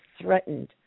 threatened